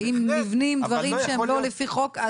ואם נבנים דברים שהם לא לפי חוק,